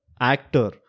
actor